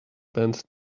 spend